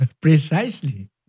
precisely